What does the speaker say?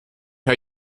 her